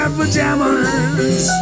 pajamas